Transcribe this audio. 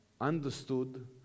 understood